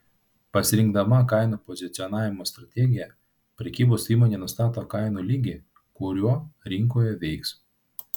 pasirinkdama kainų pozicionavimo strategiją prekybos įmonė nustato kainų lygį kuriuo rinkoje veiks